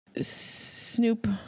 Snoop